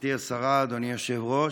גברתי השרה, אדוני היושב-ראש,